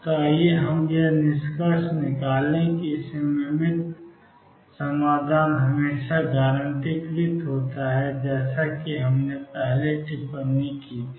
तो आइए हम यह निष्कर्ष निकालें कि एक सिमिट्रिक समाधान हमेशा गारंटीकृत होता है जैसा कि हमने पहले टिप्पणी की थी